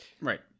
right